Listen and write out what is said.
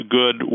good